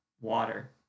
water